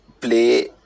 play